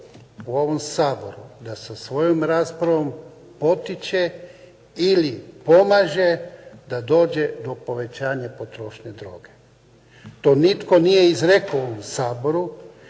u ovom Saboru da sa svojom raspravom potiče ili pomaže da dođe do povećanje potrošnje droge. To nitko nije izrekao u ovom